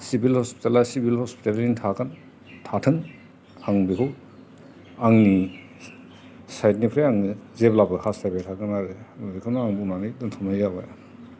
civil हस्पिटेलआ civil हस्पिटेलैनो थागोन थाथों आं बिखौ आंनि साइद निफ्राय आङो जेब्लाबो हास्थायबाय थागोन आरो बेखौनो आं बुंनानै दोन्थनाय जाबाय